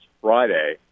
Friday